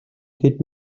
тэд